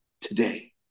today